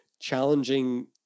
challenging